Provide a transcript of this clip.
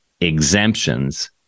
exemptions